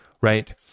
right